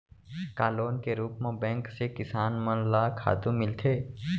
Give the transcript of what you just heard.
का लोन के रूप मा बैंक से किसान मन ला खातू मिलथे?